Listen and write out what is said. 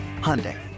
Hyundai